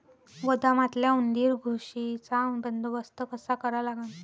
गोदामातल्या उंदीर, घुशीचा बंदोबस्त कसा करा लागन?